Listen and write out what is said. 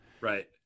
Right